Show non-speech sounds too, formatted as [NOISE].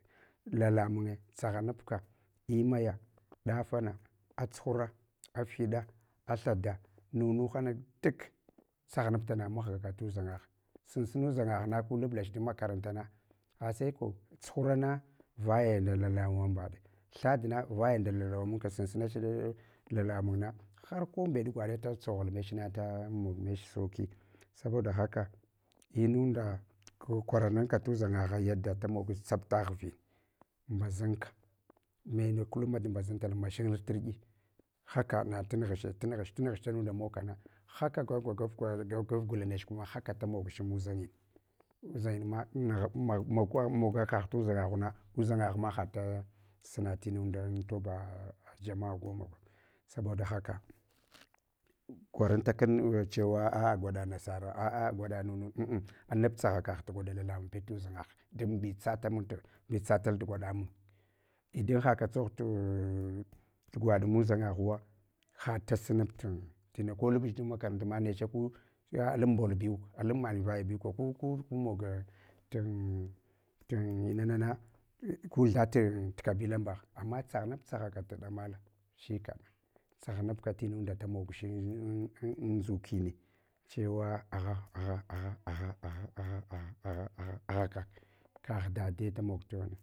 Lalamunge tsaghanabka, imaya ɗafama atsuhura, afhiɗa, a thada, nunu hana duk, tsaghanabtana mahgaka tudʒanga sunsuna udʒangaghna ko lablach dan makaranta, asai ko tsuhurana, vaya nda lalahuwambaɗa, thadna vaya nda lahuwamuka sunsunach lalamungna, harke mbete gwaɗe da dʒ tsoghul mechna da mog mech sauki. Saboda haka, inunda, ku kweranaka tudʒangagha yaɗa damogch tsapa ghvin, mbaʒinka, mene kulluma mbaʒantal mashan tirde haka na tunughache tunughch tinunda mogu kana, haka ko gnava da gavglanech kuma haka damogch mudʒanyin, undʒinyima mugh [UNINTELLIGIBLE] mafa kagh tudʒangaghuna undʒangaghma hada suna tnundan toba samma gorna ba. Saboda haka, kwarantakun chewa a gwaɗa nasara a’a gwaɗa nunu. Uhuh anabtsagha kagh tu gwaɗa lalamun peɗ tudʒangagh, don mbitsatd mun, mbitsatal tu gwaɗmun. Idan haka tsogh tugwaɗ muʒangaghuwa, hata sunaptutina ko lubcch dan makarantama neche ku duwa alan mbol bew, alan manya vaya bew ka ku ku mog tin tin inana ku thati kanitambagh. Ama tsaghenabtsaghakat damala shikana, tsaghanabka tinanda da mogchin an dʒukine, chewa agha, agha, kak, kagh dade tamog.